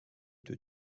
deux